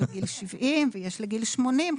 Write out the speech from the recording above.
בגיל 70 ויש בגיל 80,